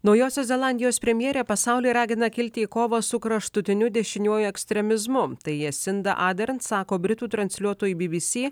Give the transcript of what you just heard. naujosios zelandijos premjerė pasaulį ragina kilti į kovą su kraštutiniu dešiniuoju ekstremizmu tai jasinda adern sako britų transliuotojui by by sy